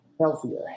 healthier